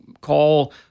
call